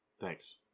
Thanks